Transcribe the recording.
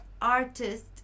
artist